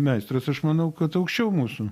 meistras aš manau kad aukščiau mūsų